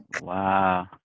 Wow